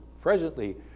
presently